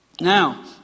Now